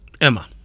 Emma